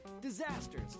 disasters